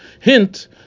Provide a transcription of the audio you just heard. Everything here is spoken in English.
hint